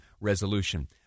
resolution